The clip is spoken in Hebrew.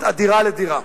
"הזדמנות אדירה לדירה".